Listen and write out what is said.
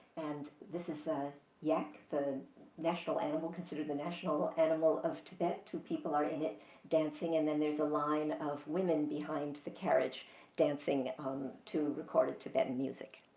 and this is ah yak, the national animal, considered the national animal of tibet. two people are in it dancing, and then, there's a line of women behind the carriage dancing um to recorded tibetan music.